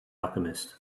alchemist